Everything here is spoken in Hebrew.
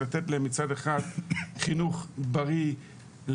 לתת להם מצד אחד חינוך בריא לגוף,